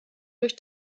durch